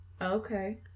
okay